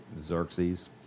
Xerxes